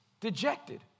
dejected